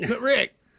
Rick